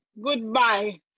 Goodbye